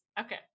Okay